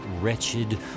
wretched